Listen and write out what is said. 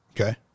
Okay